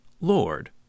Lord